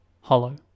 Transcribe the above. hollow